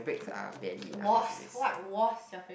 breaks are barely enough as it is